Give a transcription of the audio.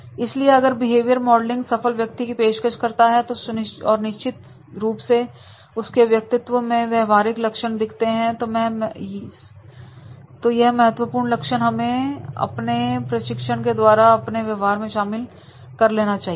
इसलिए अगर behaviour modelling सफल व्यक्ति की पेशकश करता है तो निश्चित रूप से उसके व्यक्तित्व मैं व्यवहारिक लक्षण दिखते हैं से महत्वपूर्ण लक्षण हमें अपने प्रशिक्षण के द्वारा अपने व्यवहार में शामिल कर लेना चाहिए